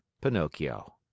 Pinocchio